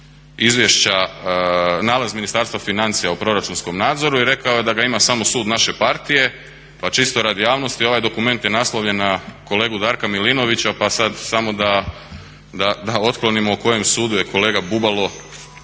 izvješća, nalaz Ministarstva financija o proračunskom nadzoru i rekao da ga ima samo sud naše partije Pa čisto radi javnosti ovaj dokument je naslovljen na kolegu Darka Milinovića pa sada samo da otklonimo o kojem sudu je kolega Bubalo